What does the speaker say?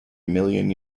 million